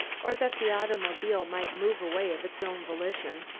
or that the automobile might move away of its own volition,